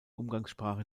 umgangssprache